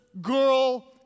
girl